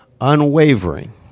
unwavering